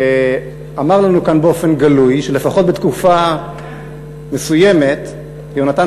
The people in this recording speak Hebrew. שאמר לנו כאן בגלוי שלפחות בתקופה מסוימת יהונתן